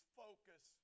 focus